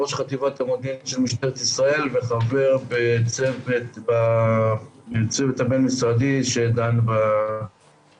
ראש חטיבת המודיעין של משטרת ישראל וחבר בצוות הבין משרדי שדן בנושא.